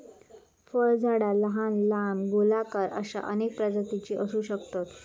फळझाडा लहान, लांब, गोलाकार अश्या अनेक प्रकारची असू शकतत